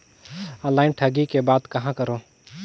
Online ठगी के बाद कहां करों?